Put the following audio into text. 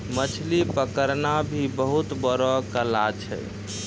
मछली पकड़ना भी बहुत बड़ो कला छै